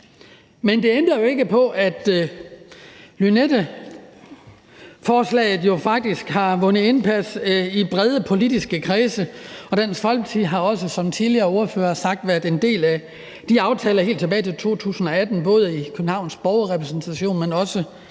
Men det ændrer jo ikke på, at Lynetteholmforslaget jo faktisk har vundet indpas i brede politiske kredse, og Dansk Folkeparti har også, som tidligere ordførere har sagt, været en del af de aftaler helt tilbage til 2018, både i Københavns Borgerrepræsentation, men også